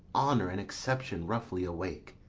honour, and exception roughly awake,